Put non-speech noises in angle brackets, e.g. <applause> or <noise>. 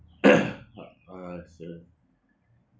<noise>